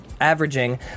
Averaging